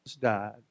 died